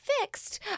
fixed